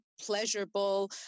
pleasurable